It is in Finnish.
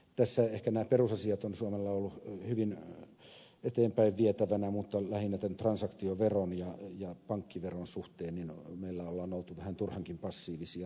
tässä ehkä nämä perusasiat ovat suomella olleet hyvin eteenpäin vietävänä mutta lähinnä tämän transaktioveron ja pankkiveron suhteen meillä on oltu vähän turhankin passiivisia